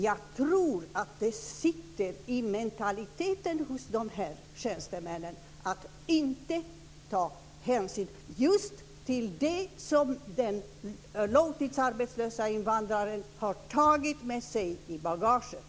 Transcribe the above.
Jag tror att det sitter i mentaliteten hos de här tjänstemännen att inte ta hänsyn just till det som den långtidsarbetslöse invandraren har tagit med sig i bagaget.